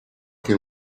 can